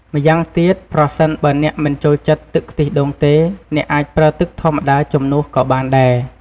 ម្យ៉ាងទៀត ប្រសិនបើអ្នកមិនចូលចិត្តទឹកខ្ទិះដូងទេ អ្នកអាចប្រើទឹកធម្មតាជំនួសក៏បានដែរ។